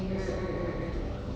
mm mm mm mm mm